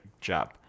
job